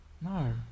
No